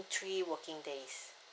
three working days